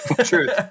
truth